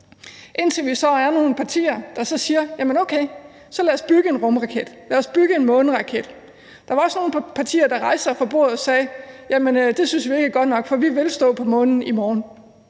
indtil vi så er nogle partier, der siger: Okay, så lad os bygge en rumraket, lad os bygge en måneraket. Der var også nogle partier, der rejste sig fra bordet og sagde: Det synes vi ikke er godt nok, for vi vil stå på månen i morgen.